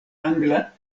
angla